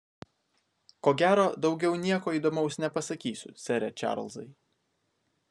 ko gero daugiau nieko įdomaus nepasakysiu sere čarlzai